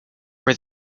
were